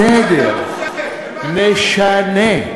בסדר, נשנה.